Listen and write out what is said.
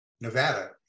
Nevada